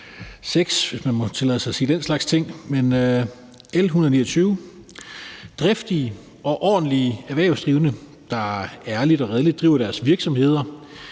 ting. Driftige og ordentlige erhvervsdrivende, der ærligt og redeligt driver deres virksomheder,